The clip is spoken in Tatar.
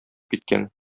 киткән